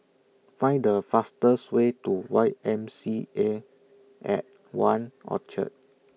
Find The fastest Way to Y M C A At one Orchard